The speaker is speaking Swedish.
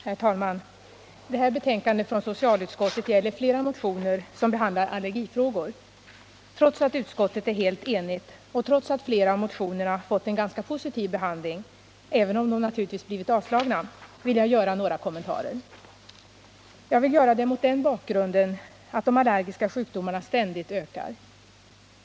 Herr talman! Det här betänkandet från socialutskottet gäller flera motioner som behandlar allergifrågor. Trots att utskottet är helt enigt och trots att flera av motionerna fått en ganska positiv behandling — även om de naturligtvis blivit avstyrkta — vill jag göra några kommentarer. Jag vill göra det mot den bakgrunden att de allergiska sjukdomarna ständigt ökar.